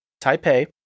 Taipei